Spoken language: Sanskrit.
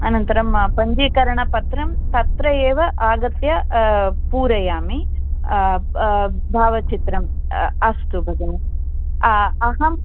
अनन्तरम् पञ्जीकरणपत्रम् तत्रएव आगत्य पूरयामि भावचित्रं अस्तु भगिनी अहम्